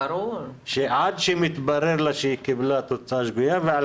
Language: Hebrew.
עד שמתברר לה שהיא קיבלה תוצאה שגויה,